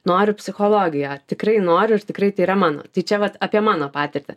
noriu psichologiją tikrai noriu ir tikrai tai yra mano tai čia vat apie mano patirtį